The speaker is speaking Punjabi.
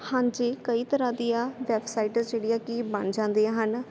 ਹਾਂਜੀ ਕਈ ਤਰ੍ਹਾਂ ਦੀਆ ਵੈਬਸਾਈਟ ਜਿਹੜੀ ਆ ਕਿ ਬਣ ਜਾਂਦੀਆਂ ਹਨ